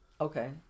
Okay